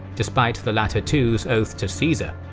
despite the latter two's oath to caesar.